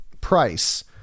price